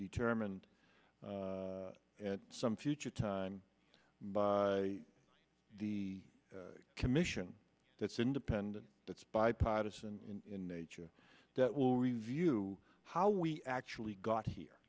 determined at some future time by the commission that's independent that's bipartisan in nature that will review how we actually got here